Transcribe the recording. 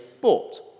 bought